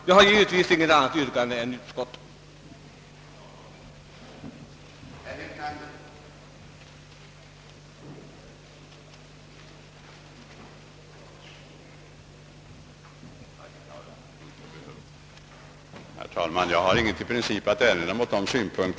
Jag har givetvis inget annat yrkande än om bifall till utskottets hemställan.